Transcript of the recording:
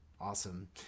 awesome